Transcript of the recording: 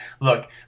Look